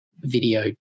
video